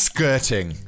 Skirting